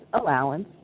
allowance